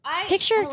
Picture